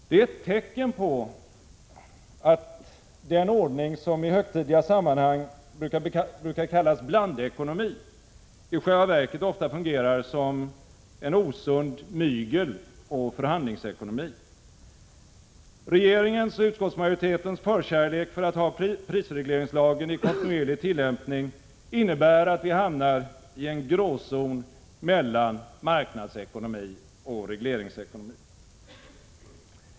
Det är ett tecken på att den ordning som i högtidliga sammanhang brukar kallas blandekonomi i själva verket ofta fungerar som en osund mygeloch förhandlingsekonomi. Regeringens och utskottsmajoritetens förkärlek för att ha prisregleringslagen i kontinuerlig tillämpning innebär att vi hamnar i en gråzon mellan marknadsekonomi och regleringsekonomi.